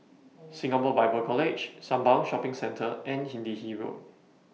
Singapore Bible College Sembawang Shopping Centre and Hindhede Road